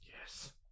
Yes